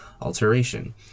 alteration